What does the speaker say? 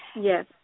Yes